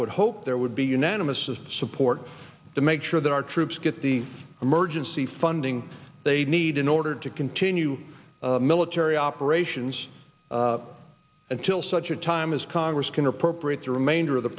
would hope there would be unanimous support to make sure that our troops get the emergency funding they need in order to continue military operations until such time as congress can appropriate the remainder